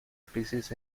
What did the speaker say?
crisis